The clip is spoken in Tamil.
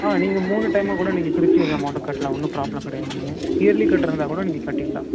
ஆ நீங்கள் மூணு டைமாக கூட நீங்கள் பிரிச்சு இந்த அமௌன்ட்டை கட்டலாம் ஒன்றும் ப்ராப்லம் கிடையாது நீங்கள் இயர்லி கட்டுற இருந்தால் கூட நீங்கள் கட்டிடலாம்